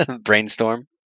Brainstorm